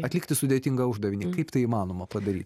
atlikti sudėtingą uždavinį kaip tai įmanoma padaryt